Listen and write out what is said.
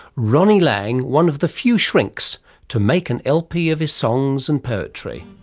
ronnie lane, one of the few shrinks to make an lp of his songs and poetry.